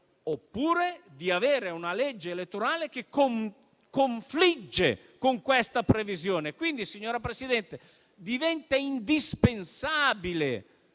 quella di avere una legge elettorale che confligga con questa previsione. Quindi, signora Presidente, diventa indispensabile